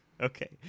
okay